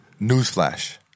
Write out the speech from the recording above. Newsflash